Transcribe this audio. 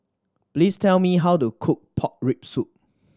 please tell me how to cook pork rib soup